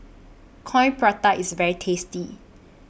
Coin Prata IS very tasty